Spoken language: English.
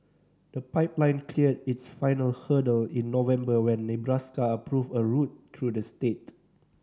the pipeline cleared its final hurdle in November when Nebraska approved a route through the state